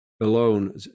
alone